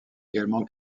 également